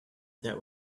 that